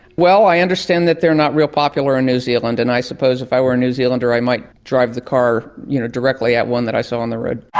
i understand that they're not real popular in new zealand, and i suppose if i were a new zealander i might drive the car you know directly at one that i saw in the road